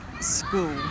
school